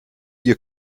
ihr